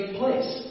place